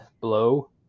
blow